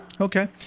Okay